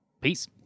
Peace